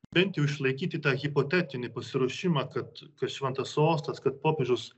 bent jau išlaikyti tą hipotetinį pasiruošimą kad kad šventas sostas kad popiežius